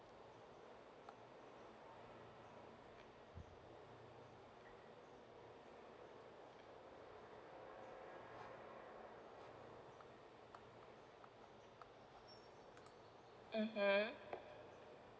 mmhmm